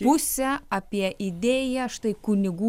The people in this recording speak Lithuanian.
pusę apie idėją štai kunigų